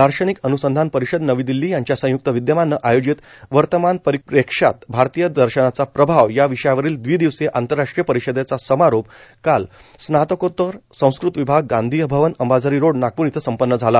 दार्शनिक अनूसंधान परिषद नवी दिल्ली यांच्या संयुक्त विदयमानं आयोजित वर्तमान परिप्रेक्ष्यात भारतीय दर्शनाचा प्रभाव या विषयावरील दविदिवसीय आंतरराष्ट्रीय परिषदेचा समारोप काल स्नातकोत्तर संस्कृत विभाग गांधी भवन अंबाझरी रोड नागप्र इथं संपन्न झाला